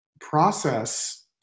process